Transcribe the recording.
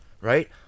right